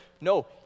no